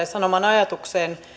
sanomaan ajatukseen